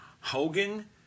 Hogan